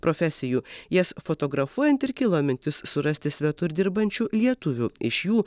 profesijų jas fotografuojant ir kilo mintis surasti svetur dirbančių lietuvių iš jų